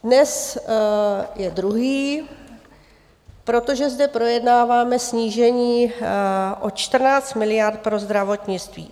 Dnes je druhý, protože zde projednáváme snížení o 14 miliard pro zdravotnictví.